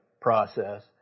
process